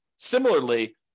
Similarly